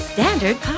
Standard